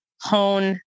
hone